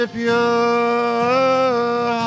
pure